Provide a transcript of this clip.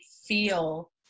feel